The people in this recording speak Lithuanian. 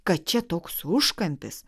kad čia toks užkampis